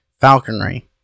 falconry